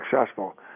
successful